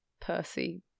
Percy